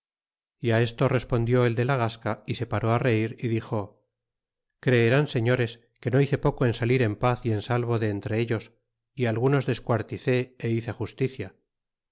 indios á esto respondió el de la gasea y separó á reir y dixo creerán señores queso hice poco en salir en paz y en salvo de eiitne ellos y algunos desquartice y hice justicia